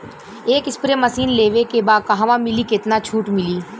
एक spray machine लेवे के बा कहवा मिली केतना छूट मिली?